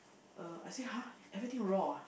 uh I say !huh! everything raw ah